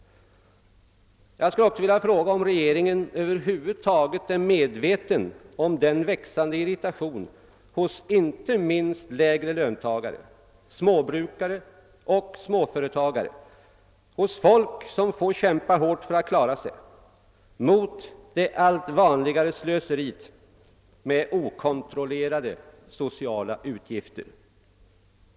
Jag skulle också vilja fråga om regeringen över huvud taget är medveten om den växande irritationen inte minst hos lägre löntagare, småbrukare och småföretagare, hos folk som får kämpa hårt för att klara sig, mot det allt vanligare slöseriet med okontrollerade sociala utgifter.